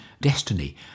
destiny